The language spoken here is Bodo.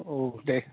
औ दे